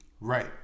Right